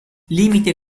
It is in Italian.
limiti